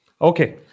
Okay